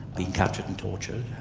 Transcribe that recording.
being captured and tortured,